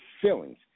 feelings